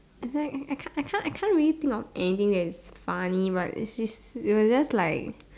is like I can't I can't really think of anything that is funny but it is it was just like